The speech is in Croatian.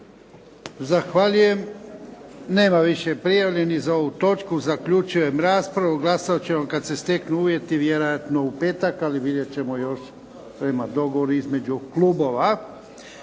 Zahvaljujem. Nema više prijavljenih za ovu točku. Zaključujem raspravu. Glasat ćemo kada se steknu uvjeti. Vjerojatno u petak, ali vidjet ćemo još prema dogovoru između klubova.